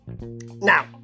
Now